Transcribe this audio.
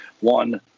one